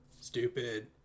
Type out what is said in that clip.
stupid